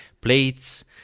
plates